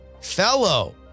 Fellow